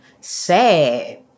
sad